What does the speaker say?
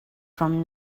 from